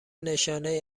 نشانهای